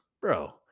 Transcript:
bro